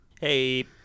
hey